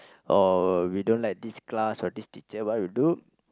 or we don't like this class or this teacher what will do